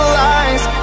lies